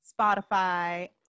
Spotify